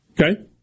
Okay